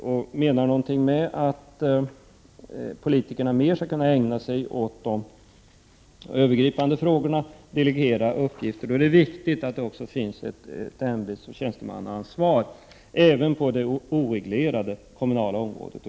Om vi menar någonting med att politikerna mer skall kunna ägna sig åt de övergripande frågorna och delegera uppgifter, är det viktigt att det också finns ett ämbetsoch tjänstemannaansvar även på det oreglerade kommunala området.